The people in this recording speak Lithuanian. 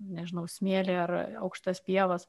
nežinau smėlį ar aukštas pievas